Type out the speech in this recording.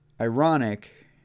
ironic